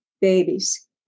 babies